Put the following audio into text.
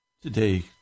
Today